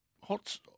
hot